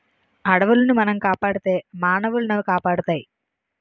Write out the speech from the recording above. అడవులను మనం కాపాడితే మానవులనవి కాపాడుతాయి